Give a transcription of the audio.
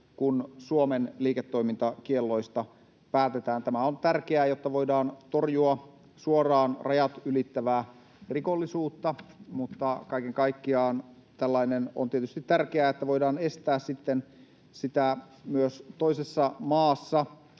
kun Suomen liiketoimintakielloista päätetään. Tämä on tärkeää, jotta voidaan torjua suoraan rajat ylittävää rikollisuutta, mutta kaiken kaikkiaan tällainen on tietysti tärkeää, että voidaan sitten estää sitä myös toisessa maassa